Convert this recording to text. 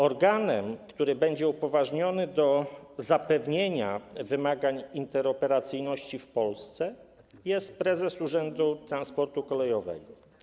Organem, który będzie upoważniony do zapewnienia wymagań interoperacyjności w Polsce, jest prezes Urzędu Transportu Kolejowego.